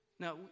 Now